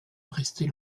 rester